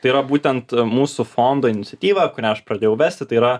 tai yra būtent mūsų fondo iniciatyva kurią aš pradėjau vesti tai yra